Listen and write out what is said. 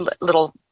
little